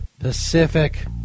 Pacific